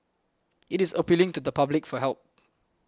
it is appealing to the public for help